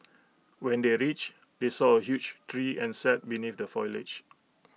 when they are reached they saw A huge tree and sat beneath the foliage